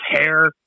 hair